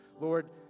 Lord